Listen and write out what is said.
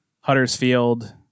Huddersfield